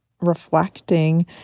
reflecting